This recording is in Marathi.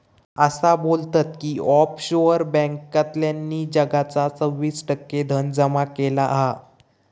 असा बोलतत की ऑफशोअर बॅन्कांतल्यानी जगाचा सव्वीस टक्के धन जमा केला हा